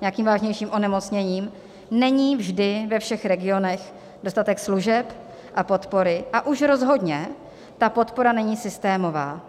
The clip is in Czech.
nějakým vážnějším onemocněním, není vždy ve všech regionech dostatek služeb a podpory a už rozhodně ta podpora není systémová.